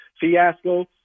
fiasco